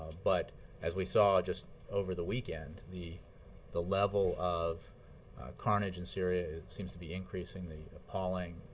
but as we saw just over the weekend, the the level of carnage in syria seems to be increasing the appalling